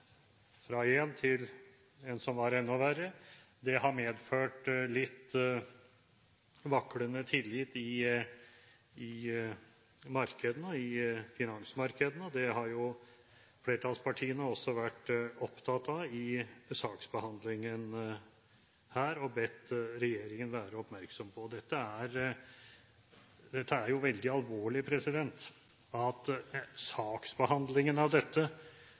fra en til en som var enda verre. Det har medført litt vaklende tillit i finansmarkedene. Det har flertallspartiene også vært opptatt av i saksbehandlingen her og bedt regjeringen være oppmerksom på. Dette er veldig alvorlig – altså saksbehandlingen om det skulle være slik at